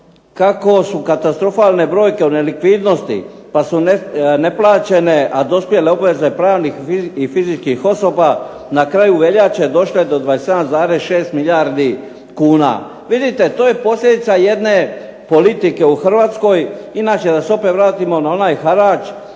kako su katastrofalne brojke od nelikvidnosti, pa su neplaćene a dospjele obveze pravnih i fizičkih osoba na kraju veljače došle do 27,6 milijardi kuna. Vidite to je posljedica jedne politike u Hrvatskoj, inače da se opet vratimo na onaj harač,